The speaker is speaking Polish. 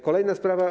Kolejna sprawa.